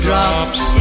Drops